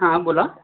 हां बोला